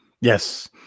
yes